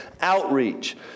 outreach